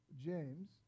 James